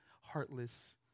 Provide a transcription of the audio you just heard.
heartless